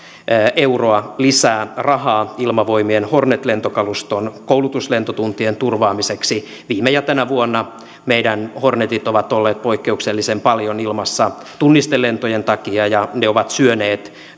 euroa lisää rahaa ilmavoimien hornet lentokaluston koulutuslentotuntien turvaamiseksi viime ja tänä vuonna meidän hornetit ovat olleet poikkeuksellisen paljon ilmassa tunnistelentojen takia ja ne ovat syöneet